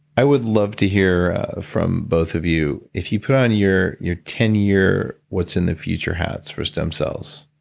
i would love to hear from both of you. if you put on your your ten year, what's in the future hats for stem cells,